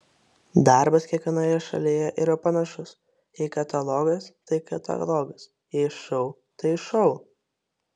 darbas kiekvienoje šalyje yra panašus jei katalogas tai katalogas jei šou tai šou